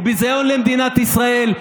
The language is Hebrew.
הוא ביזיון למדינת ישראל.